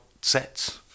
sets